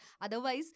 Otherwise